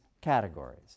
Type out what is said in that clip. categories